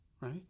Right